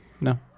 No